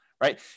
right